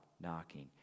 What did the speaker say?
knocking